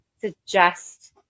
suggest